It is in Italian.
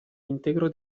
integro